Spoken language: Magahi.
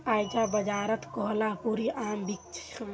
आईज बाजारत कोहलापुरी आम बिक छ